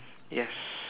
yes